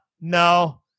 no